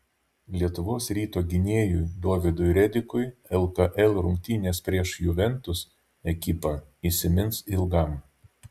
lietuvos ryto gynėjui dovydui redikui lkl rungtynės prieš juventus ekipą įsimins ilgam